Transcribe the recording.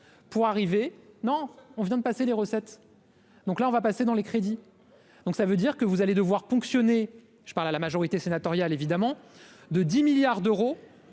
pour arriver, non, on vient de passer les recettes, donc là, on va passer dans les crédits, donc ça veut dire que vous allez devoir ponctionner, je parle à la majorité sénatoriale, évidemment, de 10 milliards d'euros